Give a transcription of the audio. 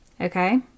okay